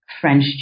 French